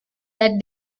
that